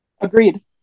Agreed